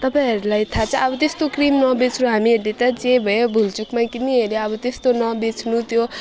तपाईँहरूलाई थाहा छ अब त्यस्तो क्रिम नबेच्नु हामीहरूले त जे भयो भुलचुकमै किनिहाल्यौँ अब त्यस्तो नबेच्नु त्यो